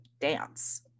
dance